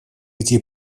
идти